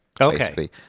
Okay